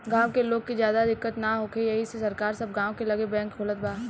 गाँव के लोग के ज्यादा दिक्कत ना होखे एही से सरकार सब गाँव के लगे बैंक खोलत बा